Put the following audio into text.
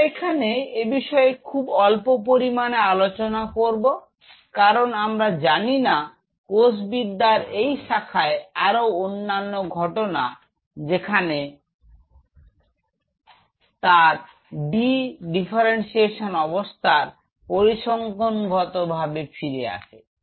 আমরা এখানে এ বিষয়ে খুব অল্প পরিমাণে আলোচনা করব কারণ আমরা জানিনা কোষ বিদ্যার এই শাখায় আরো অন্যান্য ঘটনা যেখানে কষ্টি আবার তার দি ডিফারেন্ট অবস্থায় পরিসংখ্যানগত ভাবে ফিরে আসে